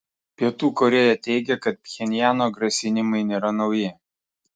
pietų korėja teigia kad pchenjano grasinimai nėra nauji